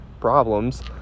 problems